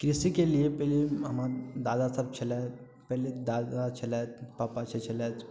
कृषिके लिए पहिले हमर दादा सभ छलथि पहिले दादा छलथि पापा से छलथि